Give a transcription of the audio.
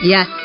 Yes